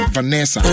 Vanessa